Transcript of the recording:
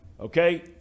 Okay